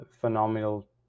phenomenal